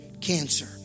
cancer